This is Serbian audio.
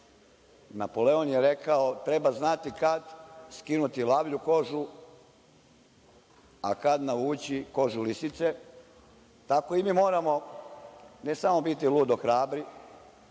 Napoleon je rekao – treba znati kad skinuti lavlju kožu, a kad navući kožu lisice. Tako i mi moramo ne samo biti ludo hrabri,